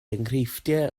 enghreifftiau